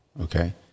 Okay